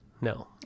No